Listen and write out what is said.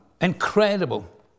incredible